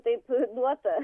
taip duota